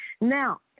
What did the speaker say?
Now